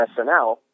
SNL